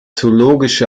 zoologische